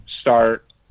start